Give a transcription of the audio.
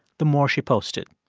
the more she posted.